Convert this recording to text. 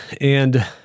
and-